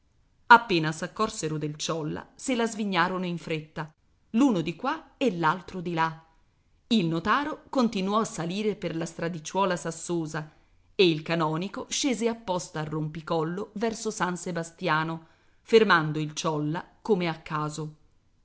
gesticolando appena s'accorsero del ciolla se la svignarono in fretta l'uno di qua e l'altro di là il notaro continuò a salire per la stradicciuola sassosa e il canonico scese apposta a rompicollo verso san sebastiano fermando il ciolla come a caso